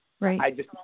Right